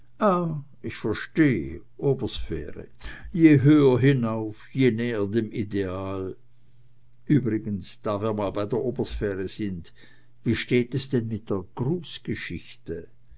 ich verstehe obersphäre je höher hinauf je näher dem ideal übrigens da wir mal bei obersphäre sind wie steht es denn mit der